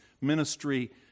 ministry